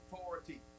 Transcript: authority